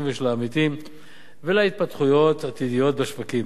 ושל העמיתים ולהתפתחויות עתידיות בשווקים,